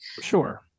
sure